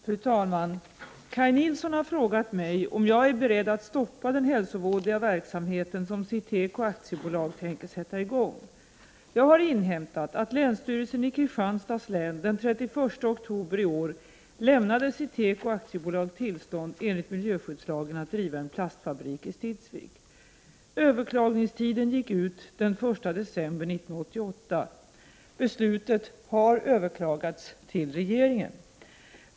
Fru talman! Kaj Nilsson har frågat mig om jag är beredd att stoppa den hälsovådliga verksamheten som Citeco AB tänker sätta i gång. Jag har inhämtat att länsstyrelsen i Kristianstads län den 31 oktober i år lämnade Citeco AB tillstånd enligt miljöskyddslagen att driva en plastfabrik i Stidsvig. Överklagningstiden gick ut den 1 december 1988. Beslutet har överklagats till regeringen.